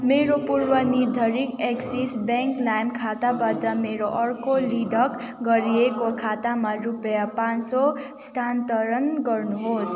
मेरो पूर्वनिर्धारित Axis bank लाइम खाताबाट मेरो अर्को लिङ्क गरिएको खातामा रुपियाँ पाँच सौ स्थानतरण गर्नुहोस्